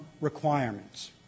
requirements